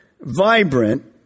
vibrant